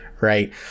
right